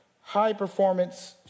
high-performance